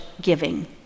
giving